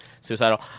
suicidal